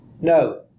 No